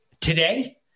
Today